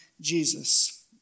Jesus